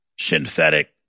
synthetic